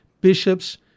bishops